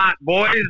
boys